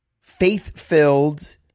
faith-filled